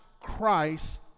Christ